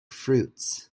fruits